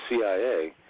CIA –